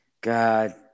God